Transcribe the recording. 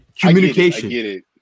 communication